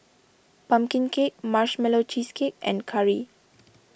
Pumpkin Cake Marshmallow Cheesecake and curry